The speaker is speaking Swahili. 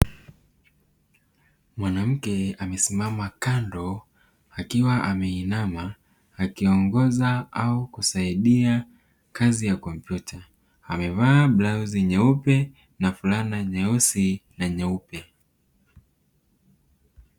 Mwanamke amesimama kando akiwa ameinama akiongoza au kusaidia kazi ya kompyuta, amevaa blauzi nyeupe na fulana nyeusi na nyeupe.